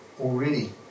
already